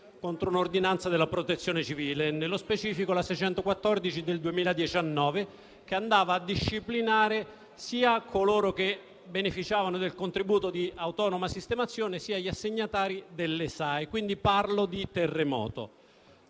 contro un'ordinanza della Protezione civile, nello specifico la n. 614 del 2019, che andava a disciplinare sia coloro che beneficiavano del contributo di autonoma sistemazione sia gli assegnatari delle Sae; quindi, parlo di terremoto.